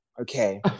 Okay